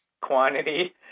quantity